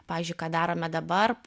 pavyzdžiui ką darome dabar